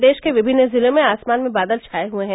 प्रदेश के विभिन्न जिलों में आसमान में बादल छाये हये हैं